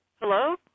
Hello